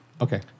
Okay